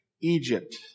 Egypt